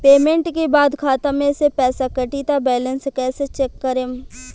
Payment के बाद खाता मे से पैसा कटी त बैलेंस कैसे चेक करेम?